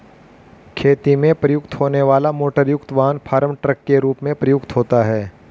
खेती में प्रयुक्त होने वाला मोटरयुक्त वाहन फार्म ट्रक के रूप में प्रयुक्त होता है